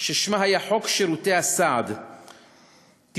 ששמה היה חוק שירותי הסעד (תיקון,